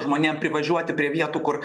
žmonėm privažiuoti prie vietų kur